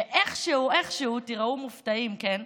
ואיכשהו, איכשהו, תיארו מופתעים, כן,